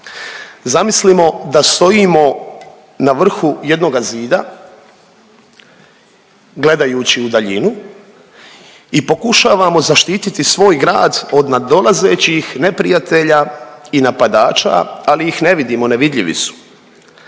Zamislimo da stojimo na vrhu jednoga zida gledajući u daljinu i pokušavamo zaštiti svoj grad od nadolazećih neprijatelja i napadača, ali ih ne vidimo, nevidljivi su.